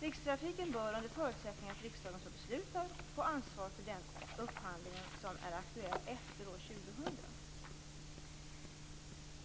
Rikstrafiken bör, under förutsättning att riksdagen så beslutar, få ansvar för den upphandling som är aktuell efter år 2000.